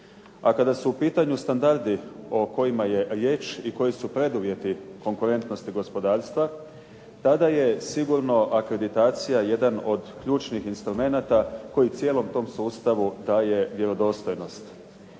A kada su u pitanju standardi o kojima je riječ i koji su preduvjeti konkurentnosti gospodarstva tada je sigurno akreditacija sigurno jedan od ključnih instrumenata koji cijelom tom sustavu daje vjerodostojnost.